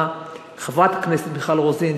חברת הכנסת מיכל רוזין,